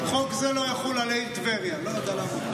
"חוק זה לא יחול על העיר טבריה", לא יודע למה.